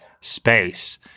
space